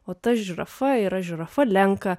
o ta žirafa yra žirafa lenka